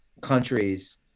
countries